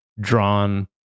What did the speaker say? drawn